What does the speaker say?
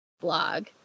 blog